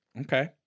Okay